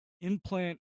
implant